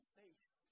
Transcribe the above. face